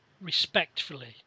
respectfully